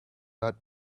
that